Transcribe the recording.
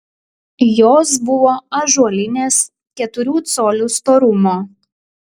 jos buvo ąžuolinės keturių colių storumo